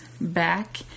back